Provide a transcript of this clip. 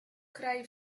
kraj